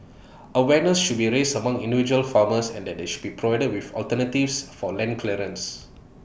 awareness should be raised among individual farmers and that they should be provided with alternatives for land clearance